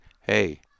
hey